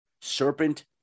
Serpent